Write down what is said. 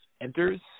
enters